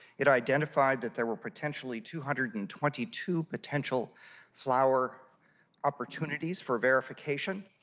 it identified that there were potentially to hundred and twenty to potential flower opportunities for verification.